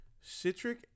citric